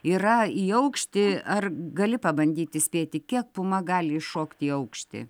yra į aukštį ar gali pabandyti spėti kiek puma gali įšokti į aukštį